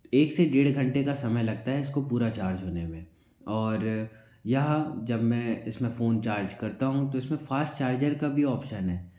एक से डेढ़ घंटे का समय लगता है इसको पूरा चार्ज होने में और यहाँ जब मैं इसमें फ़ोन चार्ज करता हूँ तो उसमें फ़ास्ट चार्जर का भी ऑप्शन है